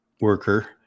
worker